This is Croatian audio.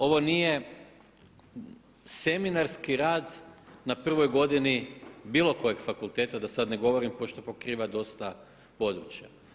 Ovo nije seminarski rad na prvoj godini bilo kojeg fakulteta da sad ne govorim pošto pokriva dosta područja.